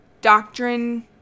doctrine